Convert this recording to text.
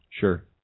sure